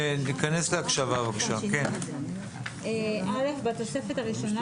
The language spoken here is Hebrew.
התשע"ט-2019 בתוספת הראשונה,